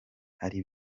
hari